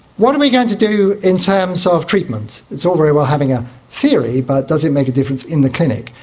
what are we going to do in terms of treatment? it's all very well having a theory but does it make a difference in the clinic?